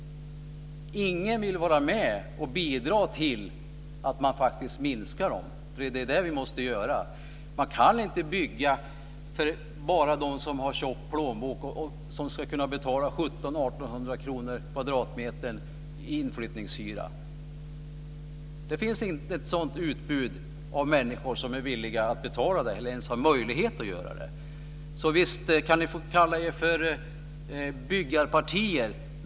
Ingen vill vara med och bidra till att man faktiskt minskar dem, men det är det vi måste göra. Man kan inte bygga bara för dem som har tjock plånbok och kan betala 1 700-1 800 kr kvadratmetern i inflyttningshyra. Det finns inte ett sådant utbud av människor som är villiga att betala detta eller ens har möjlighet att göra det. Visst kan ni få kalla er för byggarpartier.